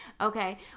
okay